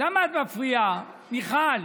למה את מפריעה, מיכל?